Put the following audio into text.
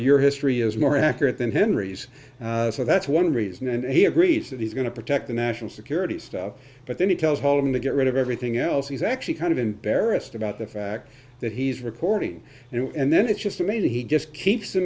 your history is more accurate than henry's so that's one reason and he agrees that he's going to protect the national security stuff but then he tells home to get rid of everything else he's actually kind of embarrassed about the fact that he's recording it and then it's just amazing he just keeps